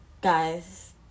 guys